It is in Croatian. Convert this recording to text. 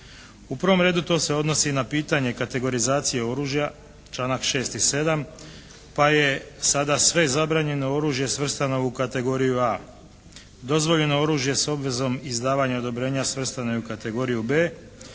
U prvom redu to se odnosi na pitanje kategorizacije oružja, članak 6. i 7. pa je sada sve zabranjeno oružje svrstano u kategoriju A. Dozvoljeno oružje s obvezom izdavanja odobrenja svrstano je u kategoriju B.